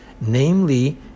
namely